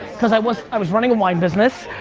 cause i was i was running a wine business,